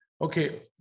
Okay